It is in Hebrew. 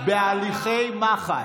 בהליכי מח"ש?